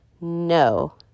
no